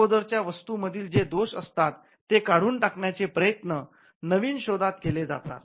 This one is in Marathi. अगोदरच्या वस्तू मधील जे दोष असतात ते काढून टाकण्याचे प्रयत्न नवीन शोधात केले जातात